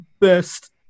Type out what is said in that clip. best